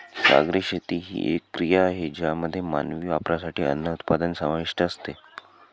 सागरी शेती ही एक क्रिया आहे ज्यामध्ये मानवी वापरासाठी अन्न उत्पादन समाविष्ट असते